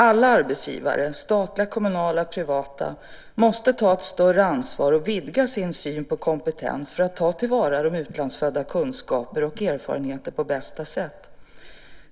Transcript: Alla arbetsgivare - statliga, kommunala och privata - måste ta ett större ansvar och vidga sin syn på kompetens för att ta till vara de utlandsföddas kunskaper och erfarenheter på bästa sätt.